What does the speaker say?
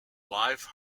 live